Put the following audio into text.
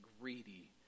greedy